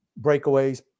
breakaways